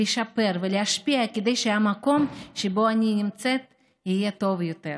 לשפר ולהשפיע כדי שהמקום שבו אני נמצאת יהיה טוב יותר.